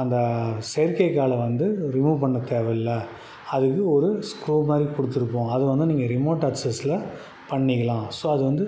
அந்த செயற்கை காலை வந்து ரிமூவ் பண்ண தேவையில்ல அதுக்கு ஒரு ஸ்க்ரூ மாதிரி கொடுத்துருப்போம் அது வந்து நீங்கள் ரிமோட் ஆக்ஸஸ்சில் பண்ணிக்கலாம் ஸோ அது வந்து